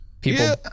people